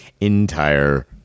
entire